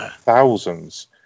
thousands